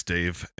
Dave